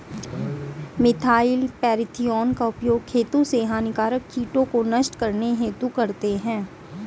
methyl parathion का उपयोग खेतों से हानिकारक कीटों को नष्ट करने हेतु करते है